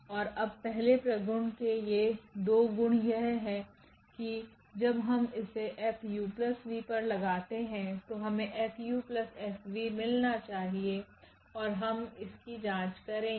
और अब पहले प्रगुण के ये दो गुण यह है कि जब हम इसे Fuv पर लगाते तो हमे FF मिलना चाहिएऔर हम इसकी जांच करेंगे